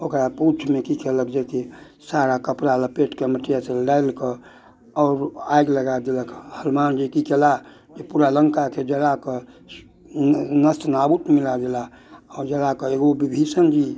ओकरा पूँछमे की केलक जेकि सारा कपड़ा लपेट कऽ मटिया तेल डालि कऽ आओर आगि लगा देलक हनुमानजी की केला कि पूरा लङ्काके जरा कऽ नष्ट नाबुतमे मिला देला आओर जराकऽ एगो विभीषण जी